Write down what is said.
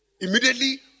Immediately